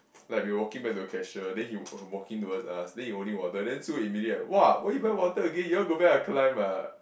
like we were walking back to the cashier then he he walking towards us then he holding water then Sue immediate !wah! why you buy water again you want go back ah